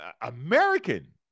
American